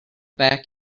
back